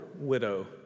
widow